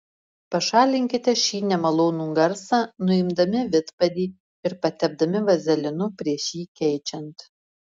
pašalinkite šį nemalonų garsą nuimdami vidpadį ir patepdami vazelinu prieš jį keičiant